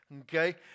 okay